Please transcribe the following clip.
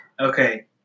Okay